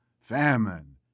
Famine